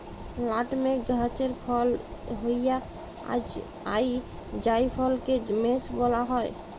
nutmeg গাহাচে ফলল হউয়া জাইফলকে মেস ব্যলা হ্যয়